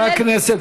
חברי הכנסת,